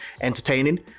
entertaining